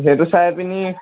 সেইটো চাই পিনি